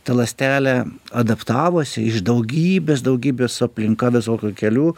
ta ląstelė adaptavosi iš daugybės daugybės aplinka visokių kelių